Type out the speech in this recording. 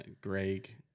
Greg